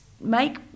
make